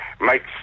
makes